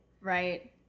Right